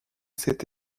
cet